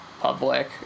public